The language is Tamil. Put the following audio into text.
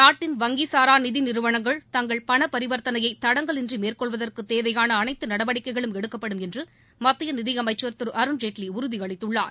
நாட்டின் வங்கிசாரா நிதி நிறுவனங்கள் தங்கள் பணபரிவர்த்தனையை தடங்கலின்றி மேற்கொள்வற்குத் தேவையான அனைத்து நடவடிக்கைகளும் எடுக்கப்படும் என்று மத்திய நிதி அமைச்ச் திரு அருண்ஜேட்லி உறுதியளித்துள்ளார்